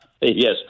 yes